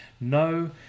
No